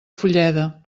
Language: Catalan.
fulleda